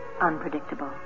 unpredictable